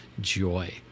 joy